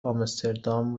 آمستردام